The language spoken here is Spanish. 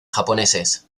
japoneses